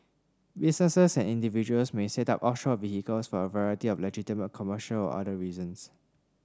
businesses and individuals may set up offshore vehicles for a variety of legitimate commercial or other reasons